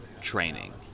training